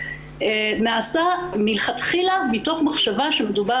נעשה מלכתחילה מתוך מחשבה שמדובר